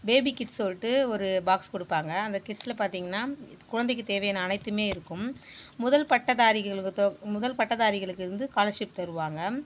baby kits சொல்லிட்டு ஒரு box கொடுப்பாங்க அந்த கிட்ஸில் பார்த்திங்கன்னா குழந்தைக்கு தேவையான அனைத்துமே இருக்கும் முதல் பட்டதாரிகளுக்கு தொ முதல் பட்டதாரிகளுக்கு வந்து ஸ்காலர்ஷிப் தருவாங்க